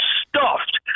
stuffed